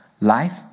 life